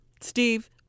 steve